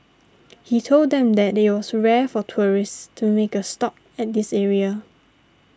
he told them that it was rare for tourists to make a stop at this area